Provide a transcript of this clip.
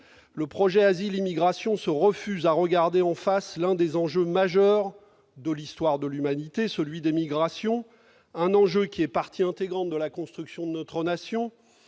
projet de loi se refusent à regarder en face l'un des enjeux majeurs de l'histoire de l'humanité, celui des migrations. Cet enjeu est partie intégrante de la construction de notre nation